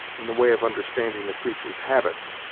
in the way of understanding the creatur's habits,